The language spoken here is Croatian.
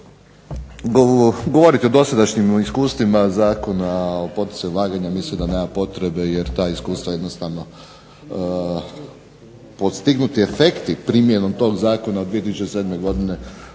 govoriti o dosadašnjim iskustvima Zakona o poticanju ulaganja mislim da nema potrebe jer mislim da ta iskustva jednostavno postignuti efekti primjenom tog zakona od 2007. godine